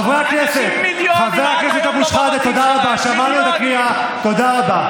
חבר הכנסת אבו שחאדה, תודה רבה.